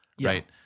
right